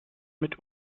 mit